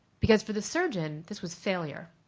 because for the surgeon this was failure.